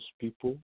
people